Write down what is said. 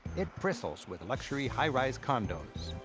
it bristles with luxury high-rise condos.